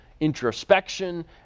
introspection